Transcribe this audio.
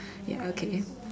ya okay